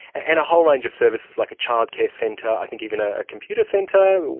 and a whole range of services like a childcare centre, i think even a computer centre,